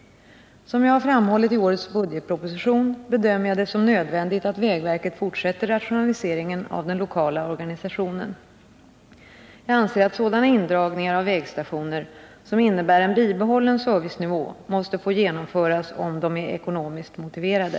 Som jag har framhållit i årets budgetproposition bedömer jag det som nödvändigt att vägverket fortsätter rationaliseringen av den lokala organisationen. Jag anser att sådana indragningar av vägstationer som innebär en bibehållen servicenivå måste få genomföras om de är ekonomiskt motiverade.